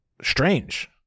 strange